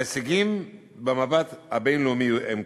ההישגים במבט הבין-לאומי הם כאלו: